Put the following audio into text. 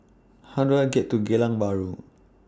How Do I get to Geylang Bahru